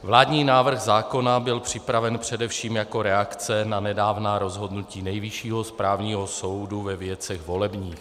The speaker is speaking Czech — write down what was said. Vládní návrh zákona byl připraven především jako reakce na nedávná rozhodnutí Nejvyššího správního soudu ve věcech volebních.